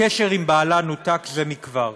הקשר עם בעלה נותק זה מכבר,